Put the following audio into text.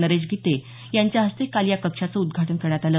नरेश गिते यांच्या हस्ते काल या कक्षाचं उद्घाटन करण्यात आलं